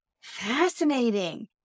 Fascinating